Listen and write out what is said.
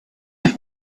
have